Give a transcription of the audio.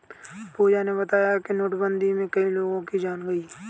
पूजा ने बताया कि नोटबंदी में कई लोगों की जान गई